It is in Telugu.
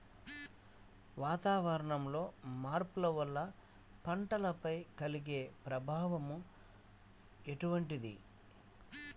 వాతావరణంలో మార్పుల వల్ల పంటలపై కలిగే ప్రభావం ఎటువంటిది?